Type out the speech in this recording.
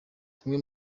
tumwe